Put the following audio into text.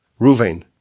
Ruvain